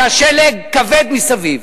כשהשלג כבד מסביב,